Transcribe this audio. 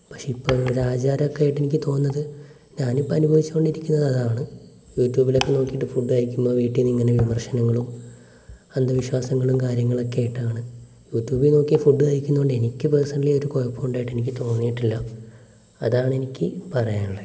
പക്ഷേ ഇപ്പോൾ ഒരു ആചാരം ഒക്കെ ആയിട്ട് എനിക്ക് തോന്നുന്നത് ഞാനിപ്പോൾ അനുഭവിച്ചുകൊണ്ടിരിക്കുന്നത് അതാണ് യൂട്യൂബിലൊക്കെ നോക്കിയിട്ട് ഫുഡ് കഴിക്കുമ്പോൾ വീട്ടിൽ നിന്ന് ഇങ്ങനെ വിമർശനങ്ങളും അന്ധവിശ്വാസങ്ങളും കാര്യങ്ങളൊക്കെയായിട്ടാണ് യൂട്യൂബിൽ നോക്കി ഫുഡ് കഴിക്കുന്നതുകൊണ്ട് എനിക്ക് പേഴ്സണലി ഒരു കുഴപ്പവും ഉണ്ടായിട്ട് എനിക്ക് തോന്നിട്ടില്ല അതാണ് എനിക്ക് പറയാനുള്ളത്